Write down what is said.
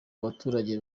baturage